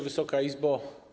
Wysoka Izbo!